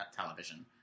television